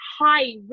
high